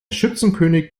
schützenkönig